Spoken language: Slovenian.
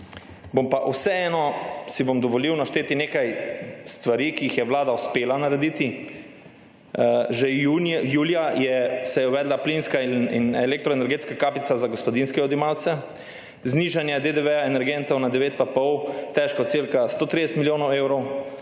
si bom dovolil našteti nekaj stvari, ki jih je vlada uspela narediti. Že julija se je uvedla plinska in elektroenergetska kapica za gospodinjske odjemalce, znižanje DDV energentov na 9,5, težko cirka 130 milijonov evrov.